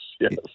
Yes